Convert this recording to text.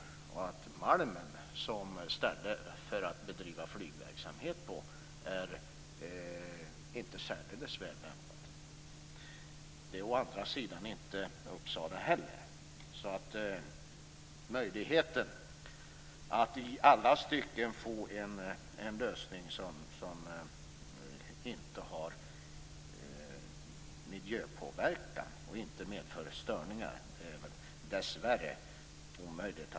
Malmen är inte särdeles väl lämpad som plats att bedriva flygverksamhet på. Det är å andra sidan inte Uppsala heller. Att i alla stycken få en lösning som inte innebär miljöpåverkan och inte medför störningar är dessvärre omöjligt.